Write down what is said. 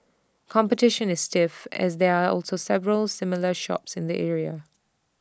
competition is stiff as there are also several similar shops in the area